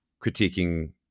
critiquing